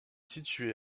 située